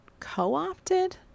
co-opted